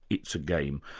it's a game.